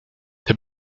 the